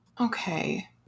okay